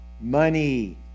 Money